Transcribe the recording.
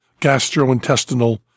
Gastrointestinal